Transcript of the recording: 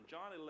John